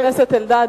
חבר הכנסת אלדד,